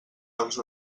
jocs